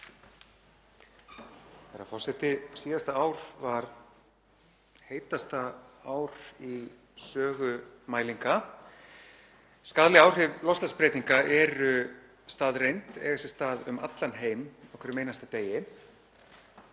Herra forseti. Síðasta ár var heitasta ár í sögu mælinga. Skaðleg áhrif loftslagsbreytinga eru staðreynd og eiga sér stað um allan heim á hverjum einasta degi.